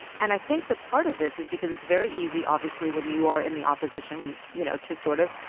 and i think that part of this is because it's very easy, obviously when you are in the opposition, when, you know to, sort of,